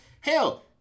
hell